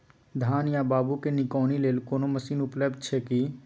धान या बाबू के निकौनी लेल कोनो मसीन उपलब्ध अछि की?